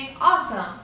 awesome